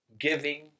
giving